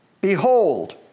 Behold